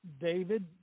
David